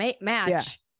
match